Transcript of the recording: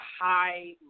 high